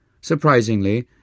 Surprisingly